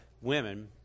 women